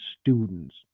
students